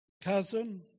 cousin